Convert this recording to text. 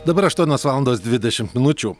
dabar aštuonios valandos dvidešim minučių